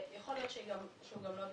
ויכול להיות שהוא גם לא בשליטתה.